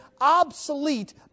obsolete